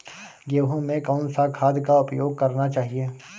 गेहूँ में कौन सा खाद का उपयोग करना चाहिए?